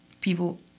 people